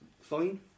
fine